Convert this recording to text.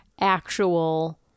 actual